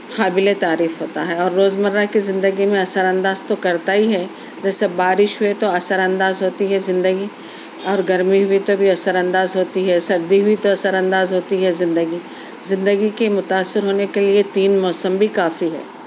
قابل تعریف ہوتا ہے اور روز مرہ کی زندگی میں اثر انداز تو کرتا ہی ہے جیسے بارش ہوئی تو اثر انداز ہوتی ہے زندگی اور گرمی ہوئی تو اثر انداز ہوتی ہے سردی ہوئی تو اثر انداز ہوتی ہے زندگی زندگی کے متاثر ہونے کے لئے تین موسم بھی کافی ہے